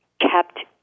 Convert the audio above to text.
kept